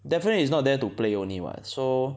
definitely is not there to play only [what] so